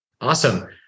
Awesome